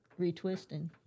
retwisting